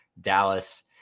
Dallas